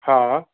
हा